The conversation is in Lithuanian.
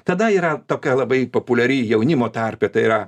tada yra tokia labai populiari jaunimo tarpe tai yra